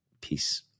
Peace